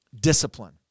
discipline